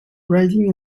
riding